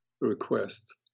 request